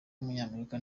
w’umunyamerika